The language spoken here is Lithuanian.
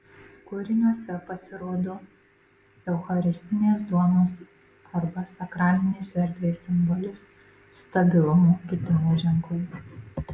kūriniuose pasirodo eucharistinės duonos arba sakralinės erdvės simbolis stabilumo kitimo ženklai